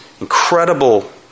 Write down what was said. incredible